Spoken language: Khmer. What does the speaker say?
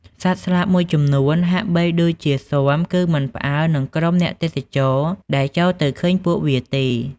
សត្វស្លាបមួយចំនួន ហាក់បីដូចជាស៊ាំគឺមិនផ្អើលនឹងក្រុមអ្នកទេសចរ ដែលចូលទៅឃើញពួកវាទេ។